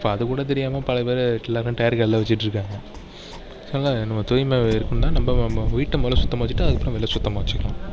இப்போ அதுக்கூட தெரியாமல் பலப்பேர் டயருக்கு அடியில் வச்சிகிட்டு இருக்காங்க அதனால் நம்ம தூய்மை இருக்கணுன்னா நம்ம நம்ம வீட்டை மொதலில் சுத்தமாக வச்சுட்டு அதுக்கப்புறம் வெளியில் சுத்தமாக வச்சுக்கலாம்